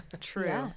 True